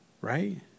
right